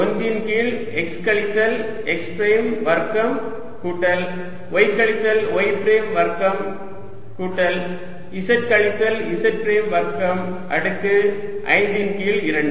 1 ன் கீழ் x கழித்தல் x பிரைம் வர்க்கம் கூட்டல் y கழித்தல் y பிரைம் வர்க்கம் கூட்டல் z கழித்தல் z பிரைம் வர்க்கம் அடுக்கு 5 ன் கீழ் 2